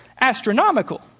astronomical